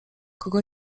kogo